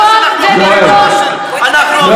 על מוטי יוגב את אחראית יותר ממה שאנחנו אחראים,